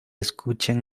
escuchen